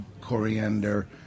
coriander